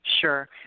Sure